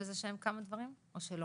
וכל